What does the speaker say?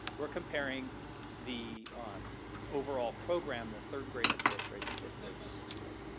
we're comparing the um overall program, the third grade, the fourth grade, the fifth grade, the sixth grade.